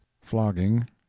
flogging